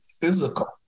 physical